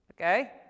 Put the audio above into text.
okay